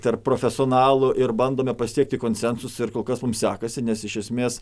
tarp profesionalų ir bandome pasiekti konsensuso ir kol kas mums sekasi nes iš esmės